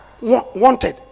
wanted